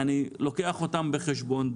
אני לוקח אותם בחשבון.